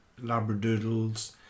Labradoodles